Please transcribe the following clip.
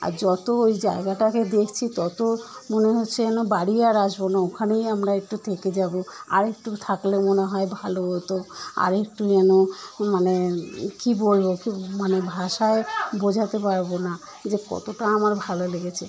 আর যতো ওই জায়গাটাকে দেখছি ততো মনে হচ্ছে যেন বাড়ি আর আসবো না ওখানেই আমরা একটু থেকে যাবো আর একটু থাকলে মনে হয় ভালো হতো আর একটু যেন মানে কী বলবো খুব মানে ভাষায় বোঝাতে পারবো না যে কতোটা আমার ভালো লেগেছে